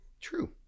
true